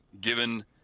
given